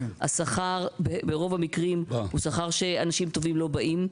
השכר ברוב המקרים הוא שכר שאנשים טובים לא באים בגללו.